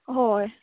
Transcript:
हय